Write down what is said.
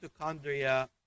mitochondria